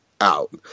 out